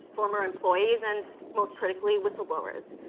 former employees. and most critically, whistleblowers.